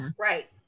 Right